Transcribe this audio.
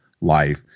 life